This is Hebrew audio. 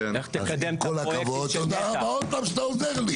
איך תקדם --- תודה רבה שאתה עוד פעם עוזר לי.